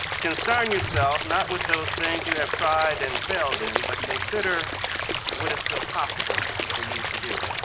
concern yourself not with those things you have tried and failed in, but consider what is still possible for you to do.